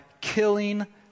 killing